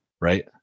right